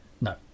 No